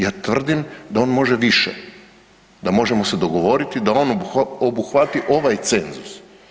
Ja tvrdim da on može više, da možemo se dogovoriti da on obuhvati ovaj cenzus.